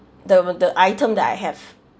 the the item that I have